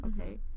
Okay